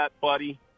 buddy